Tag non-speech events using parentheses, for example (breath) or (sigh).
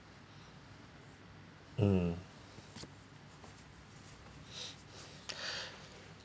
mm (breath)